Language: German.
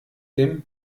dem